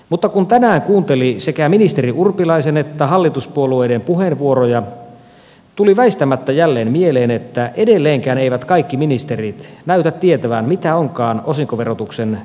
mutta kun tänään kuunteli sekä ministeri urpilaisen että hallituspuolueiden puheenvuoroja tuli väistämättä jälleen mieleen että edelleenkään eivät kaikki ministerit näytä tietävän mitä onkaan osinkoverotuksen todellinen luonne